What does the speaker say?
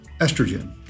estrogen